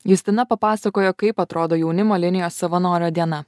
justina papasakojo kaip atrodo jaunimo linijos savanorio diena